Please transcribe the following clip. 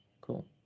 cool